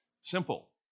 Simple